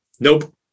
Nope